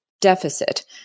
deficit